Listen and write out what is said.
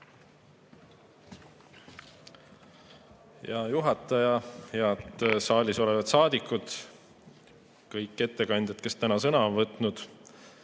Hea juhataja! Head saalis olevad saadikud ja kõik ettekandjad, kes täna on sõna võtnud!